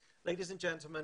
6.7 מיליון אנשים,